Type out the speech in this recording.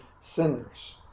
sinners